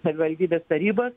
savivaldybės tarybos